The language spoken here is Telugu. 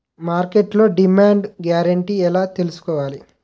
మార్కెట్లో డిమాండ్ గ్యారంటీ ఎలా తెల్సుకోవాలి?